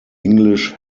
english